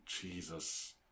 Jesus